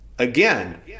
Again